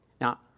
Now